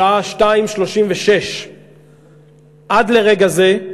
השעה 14:36. עד לרגע זה,